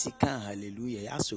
Hallelujah